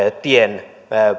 tien